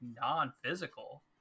non-physical